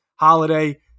holiday